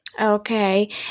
Okay